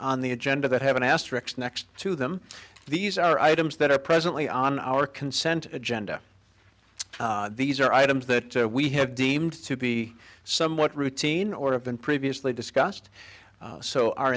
on the agenda that have an asterisk next to them these are items that are presently on our consent agenda these are items that we have deemed to be somewhat routine or have been previously discussed so our